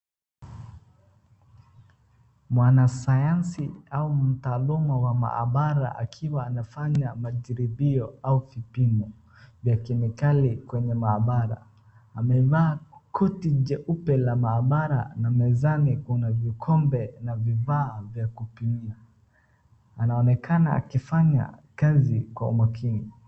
Mwanasayansi au mtaalamu wa maabara akiwa anafanya majaribio au vipimo vya kemikali kwenye maabara. Amevaa koti jeupe la maabara na mezani kuna vikombe na vifaa vya kupimia. Anaonekana akifanya kazi kwa umakini.